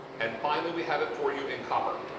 and finally, we have it for you in copper.